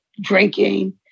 Drinking